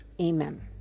amen